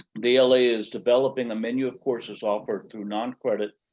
the ala is developing a menu of courses offered through noncredit